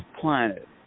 planet